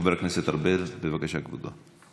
חבר הכנסת ארבל, בבקשה, כבודו.